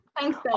Thanks